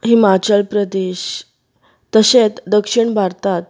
हिमाचल प्रदेश तशेंच दक्षीण भारतांत